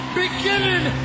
beginning